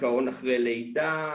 דיכאון אחרי לידה,